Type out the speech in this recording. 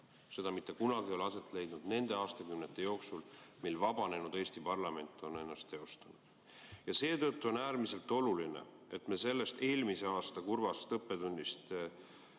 ole mitte kunagi aset leidnud nende aastakümnete jooksul, kui vabanenud Eesti parlament on ennast teostanud. Seetõttu on äärmiselt oluline, et me sellest eelmise aasta kurvast õppetunnist